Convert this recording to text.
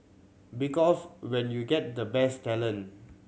because when you get the best talent